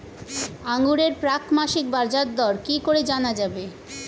আঙ্গুরের প্রাক মাসিক বাজারদর কি করে জানা যাবে?